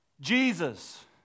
Jesus